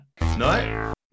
No